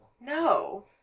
no